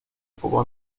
poco